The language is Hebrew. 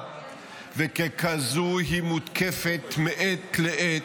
עכשיו לגופו של עניין.